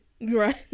right